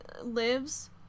lives